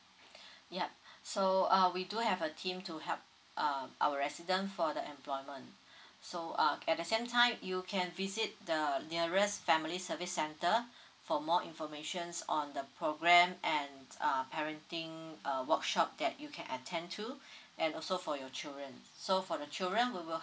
yup so uh we do have a team to help uh our resident for the employment so uh at the same time you can visit the nearest family service center for more informations on the program and err parenting uh workshop that you can attend to and also for your children so for the children we will